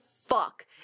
fuck